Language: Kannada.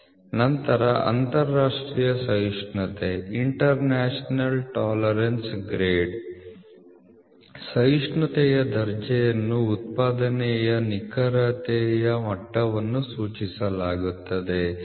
ನಂತರ ಅಂತರರಾಷ್ಟ್ರೀಯ ಸಹಿಷ್ಣುತೆ ದರ್ಜೆ ಸಹಿಷ್ಣುತೆಯ ದರ್ಜೆಯನ್ನು ಉತ್ಪಾದನೆಯ ನಿಖರತೆಯ ಮಟ್ಟವನ್ನು ಸೂಚಿಸಲಾಗುತ್ತದೆ